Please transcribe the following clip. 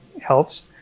helps